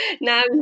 now